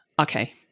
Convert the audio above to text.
okay